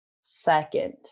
second